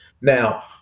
now